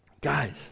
Guys